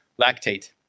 lactate